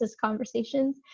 conversations